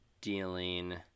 dealing